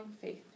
faith